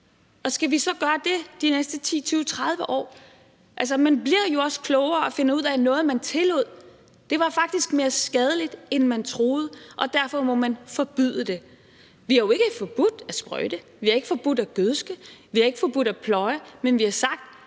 Skal vi så gøre det de næste 10, 20, 30 år? Man bliver jo også klogere og finder ud af, at noget, man tillod, faktisk var mere skadeligt, end man troede, og derfor må man forbyde det. Vi har jo ikke forbudt at sprøjte. Vi har jo ikke forbudt at gødske. Vi har ikke forbudt at pløje. Men vi har sagt,